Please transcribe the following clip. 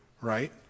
right